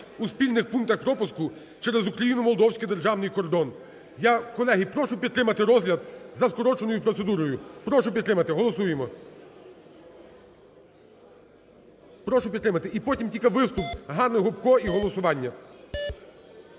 у спільних пунктах пропуску через українсько-молдовський державний кордон. Колеги, прошу підтримати розгляд за скороченою процедурою. Прошу підтримати, голосуємо! Прошу підтримати. І потім тільки виступ Ганни Гопко – і голосування.